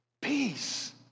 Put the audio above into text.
peace